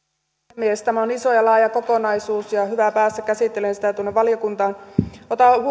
puhemies tämä on iso ja laaja kokonaisuus ja ja on hyvä päästä käsittelemään sitä tuonne valiokuntaan otan myös